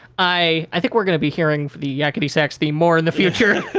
i think we're gonna be hearing from the yakety sax theme more in the future.